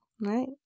Right